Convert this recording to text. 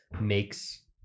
makes